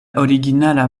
originala